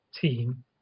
team